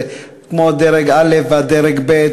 זה כמו דרג א' ודרג ב',